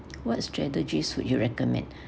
what strategies would you recommend